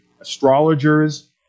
astrologers